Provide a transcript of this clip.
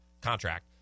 contract